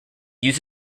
used